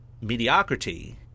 mediocrity